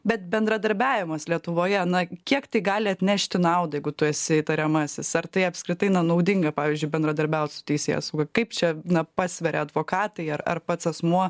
bet bendradarbiavimas lietuvoje na kiek tik gali atnešti naudą jeigu tu esi įtariamasis ar tai apskritai na naudinga pavyzdžiui bendradarbiauti su teisėsauga kaip čia na pasveria advokatai ar pats asmuo